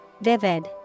Vivid